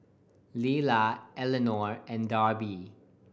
Lila Elinor and Darby